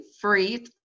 free